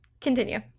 Continue